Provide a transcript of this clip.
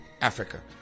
Africa